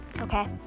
okay